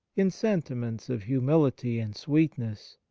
in sentiments of humility and sweetness,